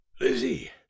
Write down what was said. Lizzie